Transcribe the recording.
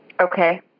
Okay